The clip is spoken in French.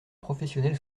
professionnels